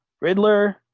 riddler